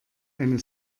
eine